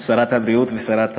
שרת הבריאות ושרת